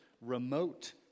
remote